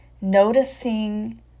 noticing